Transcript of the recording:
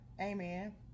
amen